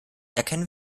erkennen